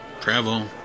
travel